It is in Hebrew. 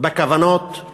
בכוונות של